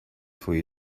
for